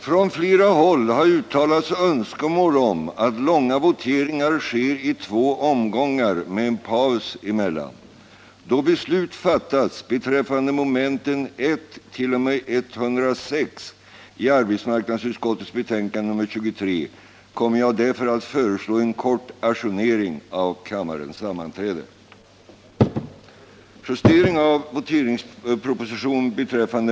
Från flera håll har uttalats önskemål om att långa voteringar sker i två omgångar med en paus emellan. Då beslut fattats beträffande mom. 1—106 i arbetsmarknadsutskottets betänkande nr 23 kommer jag därför att föreslå en kort ajournering av kammarens sammanträde.